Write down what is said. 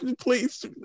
Please